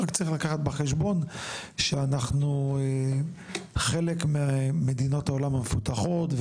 רק צריך לקחת בחשבון שאנחנו חלק ממדינות העולם המפותחות,